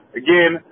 again